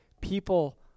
people